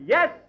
Yes